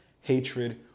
hatred